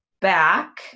back